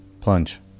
plunge